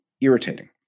irritating